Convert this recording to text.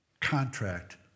contract